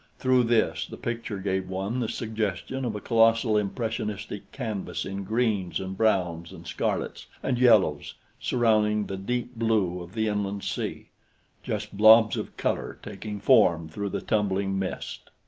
through this the picture gave one the suggestion of a colossal impressionistic canvas in greens and browns and scarlets and yellows surrounding the deep blue of the inland sea just blobs of color taking form through the tumbling mist.